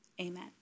Amen